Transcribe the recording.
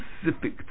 specific